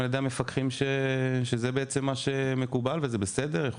על ידי המפקחים שזה מה שמקובל וזה בסדר.